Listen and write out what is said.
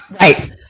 Right